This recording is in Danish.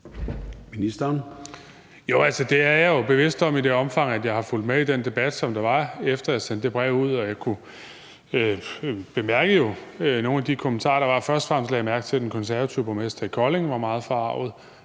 Det er jeg jo bevidst om i det omfang, at jeg har fulgt med i den debat, som der var, efter at jeg sendte det brev ud, og jeg bemærkede jo nogle af de kommentarer, der var. Først og fremmest lagde jeg mærke til, at den konservative borgmester i Kolding var meget forarget,